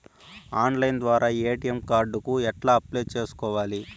Online ద్వారా ATM card కు apply ఎట్లా సేసుకోవాలి?